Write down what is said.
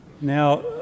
Now